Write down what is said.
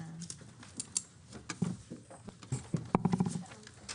הישיבה ננעלה בשעה 15:50.